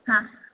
હા